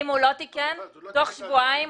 אם הוא לא תיקן תוך שבועיים,